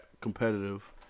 competitive